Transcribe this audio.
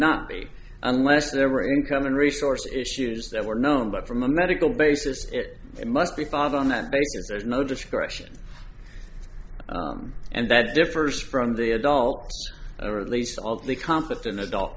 not be unless there were income and resource issues that were known but from a medical basis it must be fought on that basis there's no discretion and that differs from the adult or at least all the competent adult